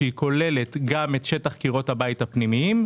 שכוללת גם את שטח קירות הבית הפנימיים,